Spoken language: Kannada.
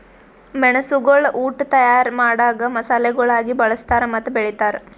ಮೆಣಸುಗೊಳ್ ಉಟ್ ತೈಯಾರ್ ಮಾಡಾಗ್ ಮಸಾಲೆಗೊಳಾಗಿ ಬಳ್ಸತಾರ್ ಮತ್ತ ಬೆಳಿತಾರ್